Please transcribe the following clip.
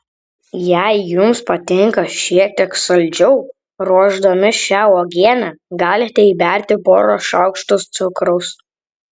jei jums patinka šiek tiek saldžiau ruošdami šią uogienę galite įberti porą šaukštų cukraus